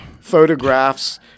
photographs